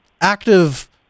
active